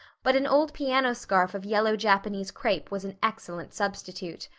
but an old piano scarf of yellow japanese crepe was an excellent substitute.